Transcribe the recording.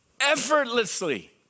effortlessly